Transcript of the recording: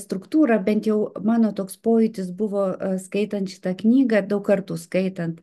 struktūrą bent jau mano toks pojūtis buvo skaitant šitą knygą daug kartų skaitant